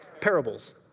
parables